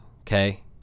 Okay